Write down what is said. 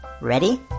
Ready